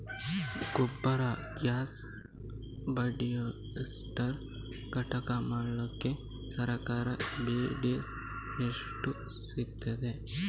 Gobar gas biodigester ಘಟಕ ಮಾಡ್ಲಿಕ್ಕೆ ಸರ್ಕಾರದ ಸಬ್ಸಿಡಿ ಎಷ್ಟು ಸಿಕ್ತಾದೆ?